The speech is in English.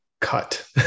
cut